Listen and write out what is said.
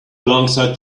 alongside